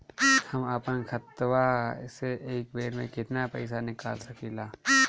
हम आपन खतवा से एक बेर मे केतना पईसा निकाल सकिला?